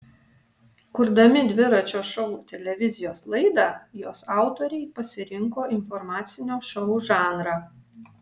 kurdami dviračio šou televizijos laidą jos autoriai pasirinko informacinio šou žanrą